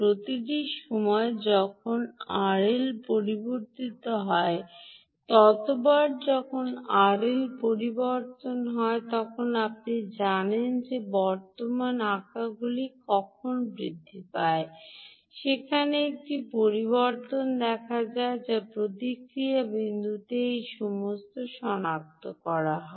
প্রতিটি সময় যখন আরএল পরিবর্তন হয় ততবার যখন আরএল পরিবর্তন হয় আপনি জানেন যে বর্তমান আঁকাগুলি কখন বৃদ্ধি পায় সেখানে একটি পরিবর্তন দেখা যায় যা প্রতিক্রিয়া বিন্দুতে এই সময়ে সনাক্ত করা হয়